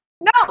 No